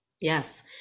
Yes